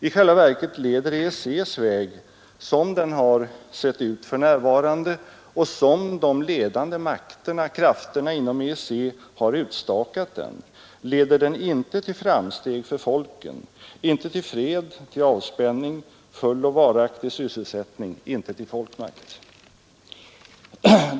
I själva verket leder EEC:s väg, som den för närvarande ser ut och som de ledande krafterna inom EEC har utstakat den, inte till framsteg för folken, inte till fred, inte till avspänning, inte till full och varaktig sysselsättning och inte till folk makt.